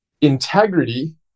integrity